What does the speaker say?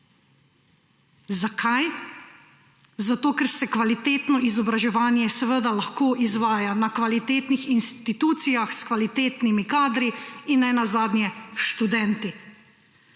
Zakaj? Zato ker se kvalitetno izobraževanje lahko izvaja na kvalitetnih institucijah s kvalitetnimi kadri in nenazadnje študenti.